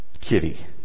Kitty